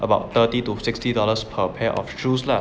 about thirty to sixty dollars per pair of shoes lah